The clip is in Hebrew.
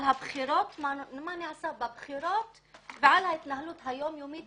על מה שנעשה בבחירות ועל ההתנהלות היום יומית